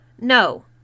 no